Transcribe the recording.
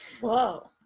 whoa